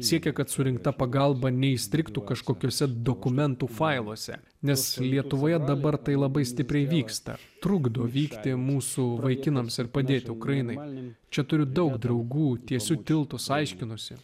siekia kad surinkta pagalba neįstrigtų kažkokiose dokumentų failuose nes lietuvoje dabar tai labai stipriai vyksta trukdo vykti mūsų vaikinams ir padėti ukrainai galime čia turiu daug draugų tiesiu tiltus aiškinosi